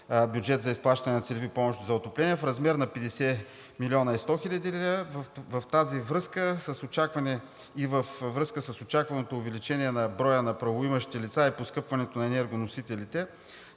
бюджет за изплащане на целеви помощи за отопление в размер на 50 млн. и 100 хил. лв. В тази връзка и във връзка с очакваното увеличение на броя на правоимащите лица и поскъпването на енергоносителите